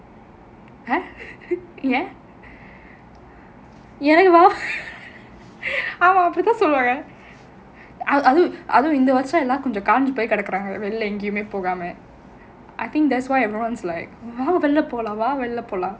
!huh! ஏன் எனக்கு வா ஆமா அப்படி தான் சொல்வாங்க அதுவும் அதுவும் இந்த வருஷம் எல்லாரும் கொஞ்சம் காஞ்சி போய் கிடக்குறாங்க வெளிய எங்கேயுமே போகாம:yaen enakku vaa aamaa appadi thaan solvaanga adhuvum adhuvum intha varusham ellaarum konjam kaanji poi kidakkuraanga veliya engayumae pogaama I think that's why everyone is like வா வெளிய போலாம் வா வெளிய போலாம்:vaa veliya polaam vaa veliya polaam